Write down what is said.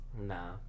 Nah